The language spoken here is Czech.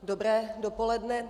Dobré dopoledne.